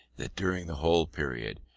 that during the whole period,